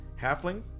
halfling